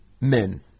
men